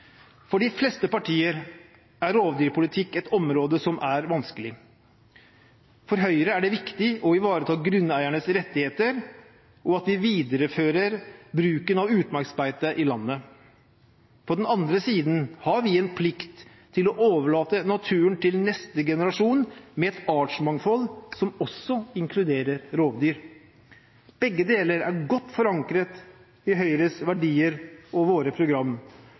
For de fleste partier er rovdyrpolitikk et område som er vanskelig. For Høyre er det viktig å ivareta grunneiernes rettigheter, og at vi viderefører bruken av utmarksbeite i landet. På den andre siden har vi en plikt til å overlate naturen til neste generasjon med et artsmangfold som også inkluderer rovdyr. Begge deler er godt forankret i Høyres verdier og vårt program,